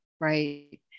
Right